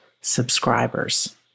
subscribers